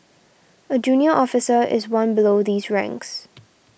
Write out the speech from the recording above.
a junior officer is one below these ranks